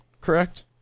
Correct